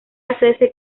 hacerse